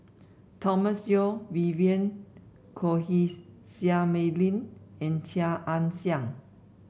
Thomas Yeo Vivien Quahe Seah Mei Lin and Chia Ann Siang